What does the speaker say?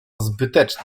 zbyteczna